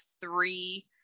three